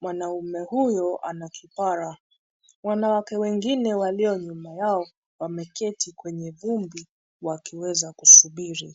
Mwanaume huyu ana kipara. Wanawake wengine walio nyuma yao wameketi kwenye vumbi wakiweza kusubiri.